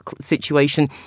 situation